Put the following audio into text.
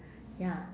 ya